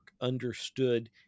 understood